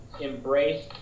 embrace